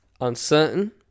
uncertain